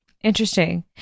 Interesting